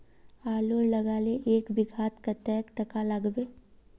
आलूर लगाले एक बिघात कतेक टका लागबे?